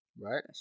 Right